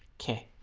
okay